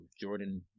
Jordan